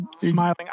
Smiling